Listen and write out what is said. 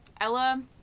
ella